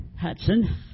Hudson